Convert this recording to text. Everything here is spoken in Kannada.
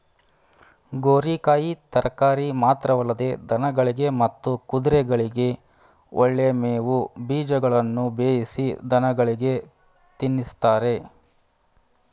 ಗೋರಿಕಾಯಿ ತರಕಾರಿ ಮಾತ್ರವಲ್ಲದೆ ದನಗಳಿಗೆ ಮತ್ತು ಕುದುರೆಗಳಿಗೆ ಒಳ್ಳೆ ಮೇವು ಬೀಜಗಳನ್ನು ಬೇಯಿಸಿ ದನಗಳಿಗೆ ತಿನ್ನಿಸ್ತಾರೆ